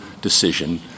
decision